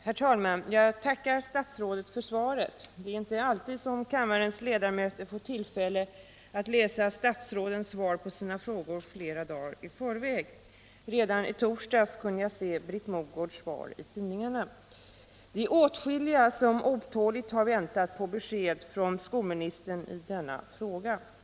Herr talman! Jag tackar statsrådet för svaret. Det är inte alltid som kammarens ledamöter får tillfälle att läsa statsrådens svar på sina frågor flera dagar i förväg. Redan i torsdags kunde jag se Britt Mogårds svar i tidningarna. Åtskilliga har otåligt väntat på besked från skolministern i denna fråga.